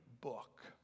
book